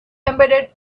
embedded